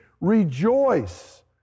rejoice